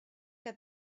que